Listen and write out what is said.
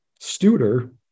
Studer